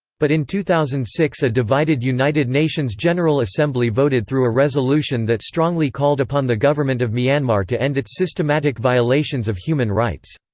but in two thousand and six a divided united nations general assembly voted through a resolution that strongly called upon the government of myanmar to end its systematic violations of human rights.